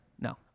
No